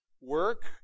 work